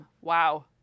Wow